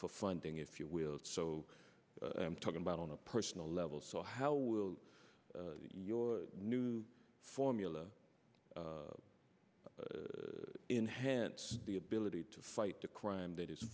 for funding if you will so i'm talking about on a personal level so how will your new formula in hence the ability to fight the crime that is